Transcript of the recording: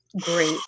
great